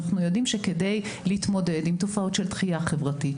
אנחנו יודעים שכדי להתמודד עם תופעות של דחייה חברתית,